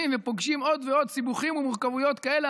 ופוגשים עוד ועוד סיבוכים ומורכבויות כאלה,